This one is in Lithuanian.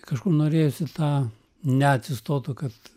kažkur norėjosi tą neatsistotų kad